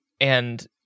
and-